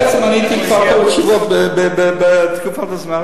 בעצם עניתי כבר את כל התשובות בתקופת הזמן,